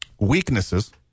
Weaknesses